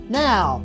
now